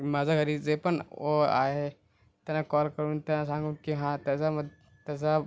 माझ्या घरी जे पण ओ आहे त्यांना कॉल करून त्यांना सांगू की हा त्याचामध्ये त्याचा